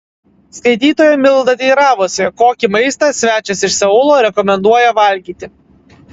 skaitytoja milda teiravosi kokį maistą svečias iš seulo rekomenduoja valgyti